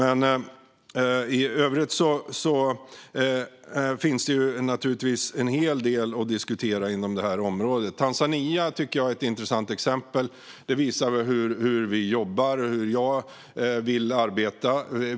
I övrigt finns det naturligtvis en hel del att diskutera inom det här området. Tanzania tycker jag är ett intressant exempel som visar hur vi jobbar och hur jag vill arbeta.